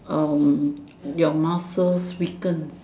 um your muscles weaken